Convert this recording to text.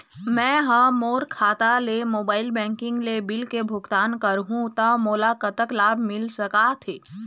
मैं हा मोर खाता ले मोबाइल बैंकिंग ले बिल के भुगतान करहूं ता मोला कतक लाभ मिल सका थे?